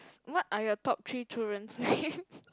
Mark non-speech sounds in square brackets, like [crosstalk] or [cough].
what are your top three children's names [laughs]